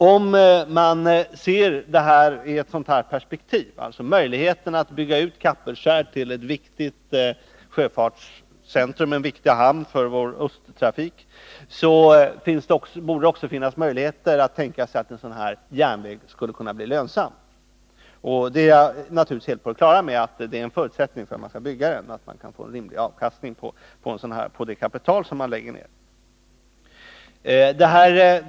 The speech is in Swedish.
Om man ser den här frågan i perspektivet att det fanns möjlighet att bygga ut Kapellskär till ett viktigt sjöfartscentrum och en viktig hamn för östtrafiken, så tycker man att det också borde vara möjligt att en sådan här järnväg skulle kunna bli lönsam. Jag är naturligtvis helt på det klara med att en förutsättning för att man skall bygga järnvägen är att man kan få rimlig avkastning på det kapital man lägger ner.